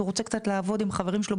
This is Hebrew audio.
הוא רוצה קצת לעבוד עם חברים שלו,